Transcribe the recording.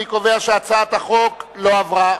אני קובע שהצעת החוק לא עברה.